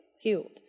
healed